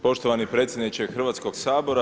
Poštovani predsjedniče Hrvatskoga sabora.